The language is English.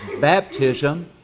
baptism